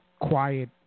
quiet